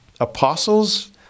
apostles